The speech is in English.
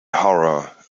horror